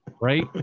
right